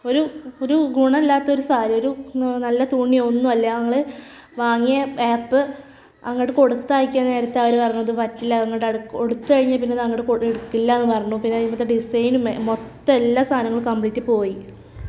ഒരു ഒരു ഗുണം ഇല്ലാത്തൊരു സാരി ഒരു നല്ല തുണി ഒന്നും അല്ല ഞങ്ങൾ വാങ്ങിയ ആപ്പ് അങ്ങോട്ട് കൊടുത്തയക്കാൻ നേരത്ത് അവർ പറഞ്ഞു ഇത് പറ്റില്ല അങ്ങോട്ട് കൊടുത്തുകഴിഞ്ഞ് പിന്നെയത് അങ്ങോട്ട് എടുക്കില്ലാന്ന് പറഞ്ഞു പിന്നെ അതിന്മേൽത്തെ ഡിസൈനും മൊത്തം എല്ലാ സാനങ്ങളും കമ്പ്ലീറ്റ് പോയി